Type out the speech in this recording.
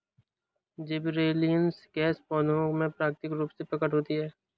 gibberellins gas पौधों में प्राकृतिक रूप से प्रकट होती है